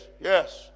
Yes